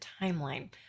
timeline